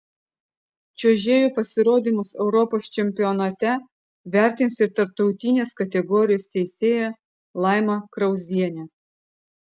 čiuožėjų pasirodymus europos čempionate vertins ir tarptautinės kategorijos teisėja laima krauzienė